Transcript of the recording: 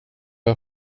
jag